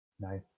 Nice